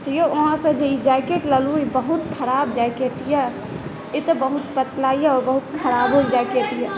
यौ अहाँसँ ई जैकेट लेलहुँ ई बहुत खराब जैकेट अइ ई तऽ बहुत पतला अइ आओर बहुत खराबो जैकेट अइ